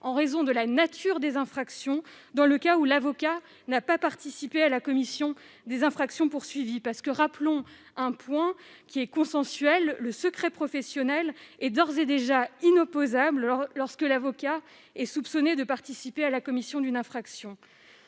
à raison de la nature des infractions lorsque l'avocat n'a pas participé à la commission des infractions poursuivies. Rappelons un point qui fait consensus : le secret professionnel est d'ores et déjà inopposable dans le cas où l'avocat est soupçonné de participer à la commission d'une infraction.